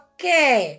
Okay